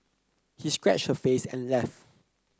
he scratched her face and left